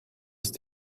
ist